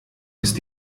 ist